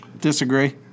Disagree